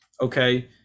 okay